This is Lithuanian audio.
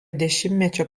dešimtmečio